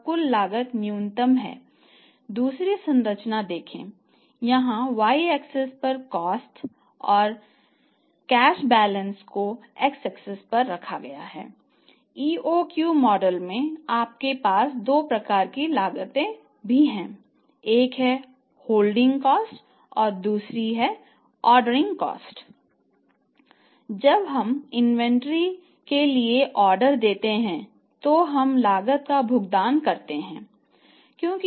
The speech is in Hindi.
जब हम इन्वेंट्री के लिए ऑर्डर देते हैं तो हम लागत का भुगतान करते हैं